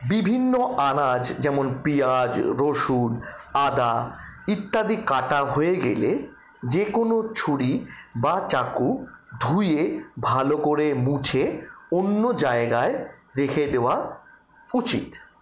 বিভিন্ন আনাজ যেমন পিঁয়াজ রসুন আদা ইত্যাদি কাটা হয়ে গেলে যে কোনো ছুরি বা চাকু ধুয়ে ভালো করে মুছে অন্য জায়গায় রেখে দেওয়া উচিত